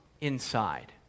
inside